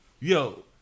yo